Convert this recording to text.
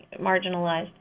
marginalized